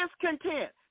discontent